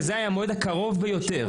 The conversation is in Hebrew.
וזה היה המועד הקרוב ביותר.